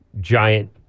giant